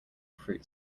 fruit